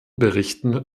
berichten